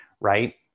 right